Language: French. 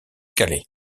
calais